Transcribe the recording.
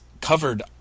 covered